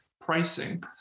pricing